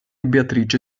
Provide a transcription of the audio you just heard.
beatrice